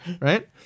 right